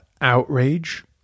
outrage